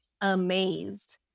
amazed